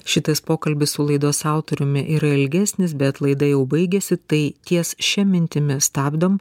šitas pokalbis su laidos autoriumi yra ilgesnis bet laida jau baigiasi tai ties šia mintimi stabdom